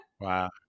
Wow